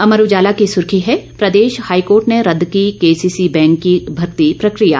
अमर उजाला की सुर्खी है प्रदेश हाईकोर्ट ने रद्द की केसीसी बैंक भर्ती प्रकिया